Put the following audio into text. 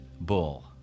Bull